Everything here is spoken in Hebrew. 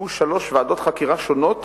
עסקו שלוש ועדות חקירה שונות